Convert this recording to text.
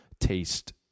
taste